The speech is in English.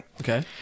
Okay